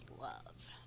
love